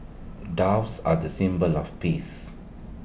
doves are the symbol of peace